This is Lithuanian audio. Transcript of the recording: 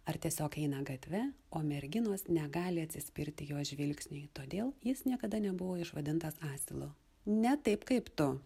ar tiesiog eina gatve o merginos negali atsispirti jo žvilgsniui todėl jis niekada nebuvo išvadintas asilu ne taip kaip tu